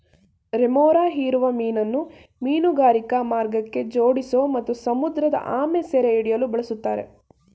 remora ಹೀರುವ ಮೀನನ್ನು ಮೀನುಗಾರಿಕಾ ಮಾರ್ಗಕ್ಕೆ ಜೋಡಿಸೋ ಮತ್ತು ಸಮುದ್ರಆಮೆ ಸೆರೆಹಿಡಿಯಲು ಬಳುಸ್ತಾರೆ